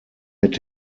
mit